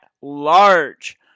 large